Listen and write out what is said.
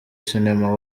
cinema